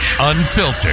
unfiltered